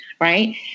Right